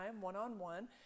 one-on-one